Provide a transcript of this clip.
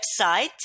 website